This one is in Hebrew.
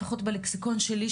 לפחות בלקסיקון שלי,